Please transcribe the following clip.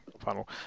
final